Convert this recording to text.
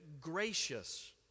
gracious